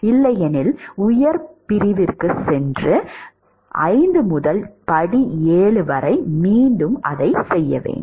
இல்லையெனில் உயர் பிரிவிற்குச் சென்று படி 5 முதல் படி 7 வரை மீண்டும் செய்யலாம்